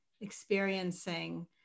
experiencing